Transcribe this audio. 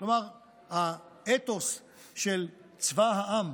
כלומר, האתוס של צבא העם,